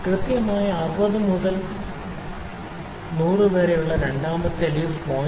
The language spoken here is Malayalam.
കൃത്യമായി 60 മുതൽ 100 വരെയുള്ള രണ്ടാമത്തെ ലീഫ് 0